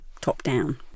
top-down